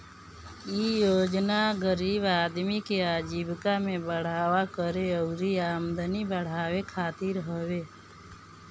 इ योजना गरीब आदमी के आजीविका में बढ़ावा करे अउरी आमदनी बढ़ावे खातिर हवे